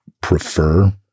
prefer